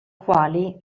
quali